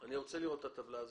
אני רוצה לראות את הטבלה הזאת.